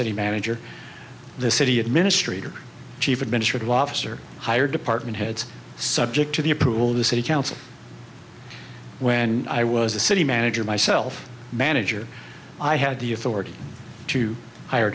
city manager the city administrator chief administrative officer higher department heads subject to the approval of the city council when i was a city manager myself manager i had the authority to hire